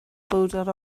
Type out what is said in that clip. bowdr